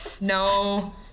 no